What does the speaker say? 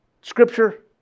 Scripture